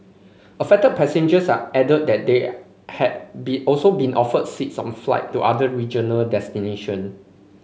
affected passengers are added that they had be also been offered seats on flight to other regional destination